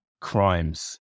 crimes